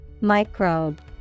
Microbe